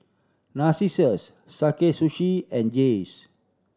Narcissus Sakae Sushi and Jays